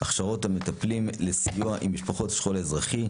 הכשרות המטפלים לסיוע למשפחות השכול האזרחי,